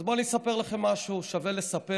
אז בואו, אני אספר לכם משהו, שווה לספר,